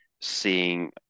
seeing